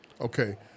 Okay